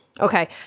okay